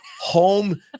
home